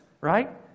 right